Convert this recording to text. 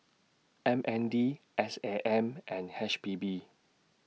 M N D S A M and H P B